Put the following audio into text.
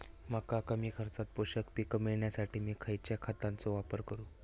मका कमी खर्चात पोषक पीक मिळण्यासाठी मी खैयच्या खतांचो वापर करू?